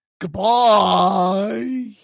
Goodbye